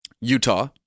Utah